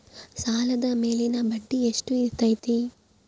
ಸಾಲದ ಮೇಲಿನ ಬಡ್ಡಿ ಎಷ್ಟು ಇರ್ತೈತೆ?